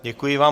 Děkuji vám.